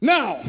Now